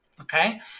Okay